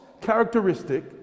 characteristic